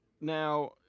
Now